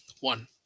One